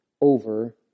over